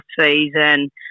season